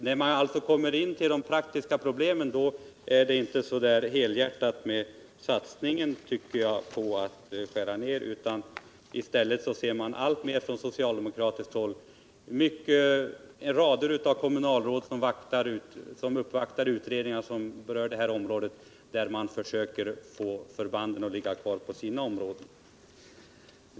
När man kommer in på de praktiska problemen är det inte så helhjärtat med satsningen på att man skall skära ned utgifterna. I stället ser man att rader av socialdemokratiska kommunalråd uppvaktar utredningar på detta område och försöker förmå dessa att få förbanden att ligga kvar inom resp. kommuner.